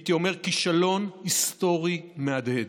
הייתי אומר כישלון היסטורי מהדהד,